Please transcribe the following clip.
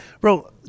bro